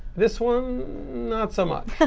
this one not so much.